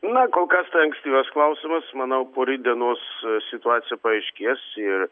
na kol kas tai ankstyvas klausimas manau po rytdienos situacija paaiškės ir